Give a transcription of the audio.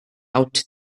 out